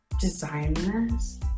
designers